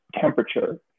temperature